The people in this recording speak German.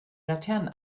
laternen